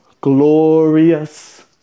Glorious